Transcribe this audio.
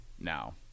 now